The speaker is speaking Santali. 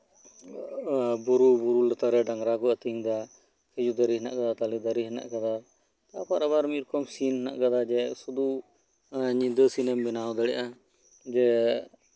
ᱮᱫ ᱵᱩᱨᱩ ᱵᱩᱨᱩ ᱞᱟᱛᱟᱨᱮ ᱰᱟᱝᱨᱟ ᱠᱚ ᱟᱛᱤᱧ ᱮᱫᱟ ᱠᱷᱤᱡᱩᱨ ᱫᱟᱨᱮ ᱦᱮᱱᱟᱜ ᱟᱠᱟᱫᱟ ᱛᱟᱞᱮ ᱫᱟᱨᱮ ᱦᱮᱱᱟᱜ ᱟᱠᱟᱫᱟ ᱛᱟᱨᱯᱚᱨ ᱟᱵᱟᱨ ᱢᱤᱫ ᱨᱚᱠᱚᱢ ᱥᱤᱱ ᱢᱮᱱᱟᱜ ᱟᱠᱟᱫᱟ ᱡᱮ ᱥᱩᱫᱷᱩ ᱧᱤᱫᱟᱹ ᱥᱤᱱᱮᱢ ᱵᱮᱱᱟᱣ ᱫᱟᱲᱮᱭᱟᱜᱼᱟ ᱡᱮ